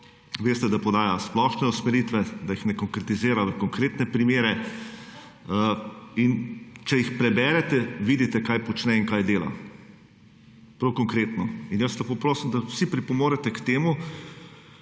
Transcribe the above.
Veste, da podaja splošne usmeritve, da jih ne konkretizira v konkretne primere in če jih preberete vidite kaj počne in kaj dela. Prav konkretno. Jaz lepo prosim, da vsi pripomorete k temu,